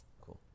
Cool